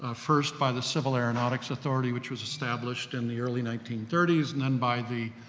ah first by the civil aeronautics authority, which was established in the early nineteen thirty s, and then by the,